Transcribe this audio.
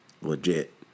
legit